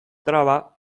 traba